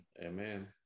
Amen